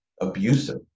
abusive